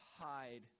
hide